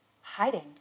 Hiding